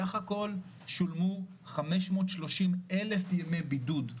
סך הכל שולמו חמש מאות שלושים אלף ימי בידוד.